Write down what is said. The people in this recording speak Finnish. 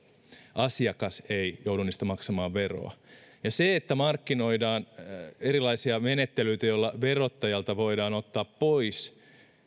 asiakas ei joudu niistä maksamaan veroa se että markkinoidaan erilaisia menettelyitä joilla verottajalta voidaan ottaa pois